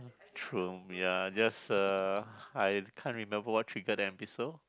true ya just uh I can't remember what trigger the episode